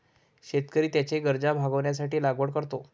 शेतकरी त्याच्या गरजा भागविण्यासाठी लागवड करतो